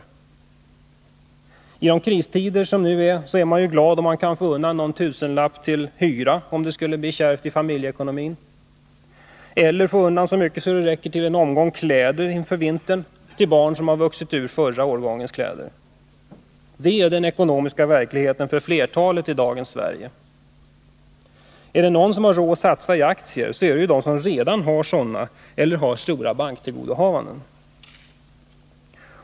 I nuvarande kristider är man glad om man kan få undan någon tusenlapp till hyra och att ha om det skulle bli kärvt i familjeekonomin, eller om man kan få undan så mycket att det räcker till en omgång kläder inför vintern till barn som vuxit ur förra årgången kläder. Det är den ekonomiska verkligheten för flertalet i dagens Sverige. Är det någon som har råd att satsa i aktier är det de som redan har sådana eller har stora banktillgodohavanden.